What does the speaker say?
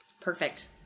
Perfect